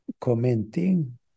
commenting